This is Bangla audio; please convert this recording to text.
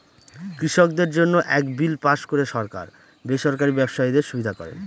কৃষকদের জন্য এক বিল পাস করে সরকার বেসরকারি ব্যবসায়ীদের সুবিধা করেন